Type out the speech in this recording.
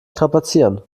strapazieren